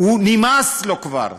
נמאס לו כבר,